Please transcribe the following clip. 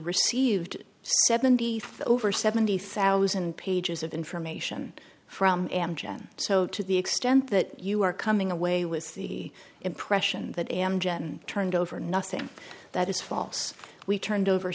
received seventy over seventy thousand pages of information from amgen so to the extent that you are coming away with the impression that amgen turned over nothing that is false we turned over